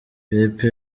pepe